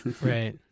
right